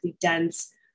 dense